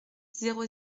zéro